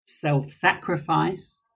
self-sacrifice